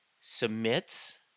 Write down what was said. Submits